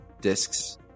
discs